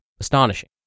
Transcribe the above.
Astonishing